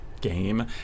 game